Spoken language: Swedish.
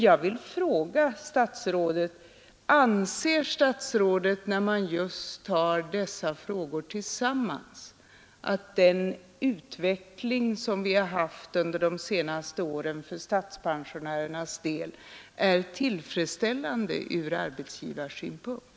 Jag vill fråga statsrådet: Anser statsrådet, när man tar dessa frågor tillsammans, att den utveckling som vi har haft under de senaste åren för statspensionärernas del är tillfredsställande ur arbetsgivarsynpunkt?